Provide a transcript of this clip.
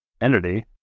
entity